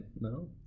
no